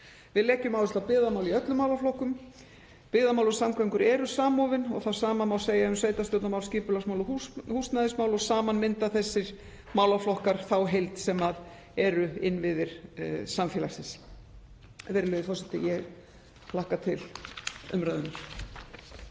Við leggjum áherslu á byggðamál í öllum málaflokkum. Byggðamál og samgöngur eru samofin og það sama má segja um sveitarstjórnarmál, skipulagsmál og húsnæðismál og saman mynda þessir málaflokkar þá heild sem eru innviðir samfélagsins. Virðulegi forseti. Ég hlakka til umræðunnar.